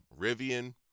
Rivian